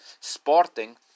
Sporting